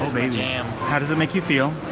my jam! how does it make you feel?